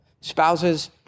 spouses